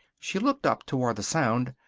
she looked up, toward the sound.